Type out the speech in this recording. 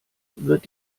wird